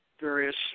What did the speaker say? various